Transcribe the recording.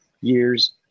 years